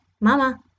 mama